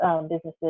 businesses